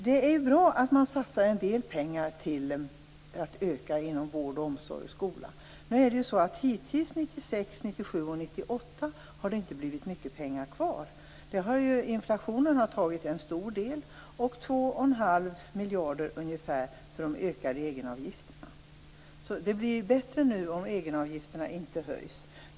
Det är bra att man satsar en del pengar på att öka jobben inom vård, omsorg och skola. Hittills 1996, 1997 och 1998 har det dock inte blivit mycket pengar kvar. Inflationen har tagit en stor del, och ungefär 2 1⁄2 miljard har gått till de ökade egenavgifterna. Det blir alltså bättre nu om egenavgifterna inte höjs.